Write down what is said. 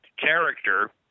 character